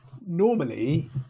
normally